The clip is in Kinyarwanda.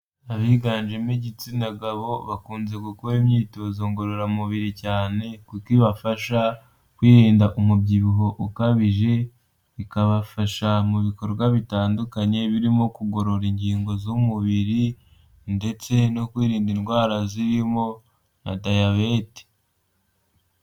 Abiganjemo igitsina gabo bakunze gukora imyitozo ngororamubiri cyane, kuko ibafasha kwirinda umubyibuho ukabije, ikabafasha mu bikorwa bitandukanye birimo kugorora ingingo z'umubiri ndetse no kwirinda indwara zirimo na Dayabete.